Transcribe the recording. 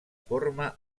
forma